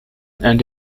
and